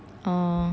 ah